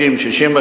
60,000,